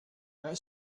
that